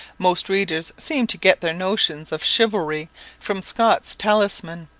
most readers seem to get their notions of chivalry from scott's talisman,